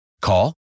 Call